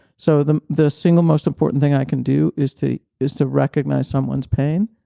so the the single most important thing i can do is to is to recognize someone's pain,